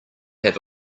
have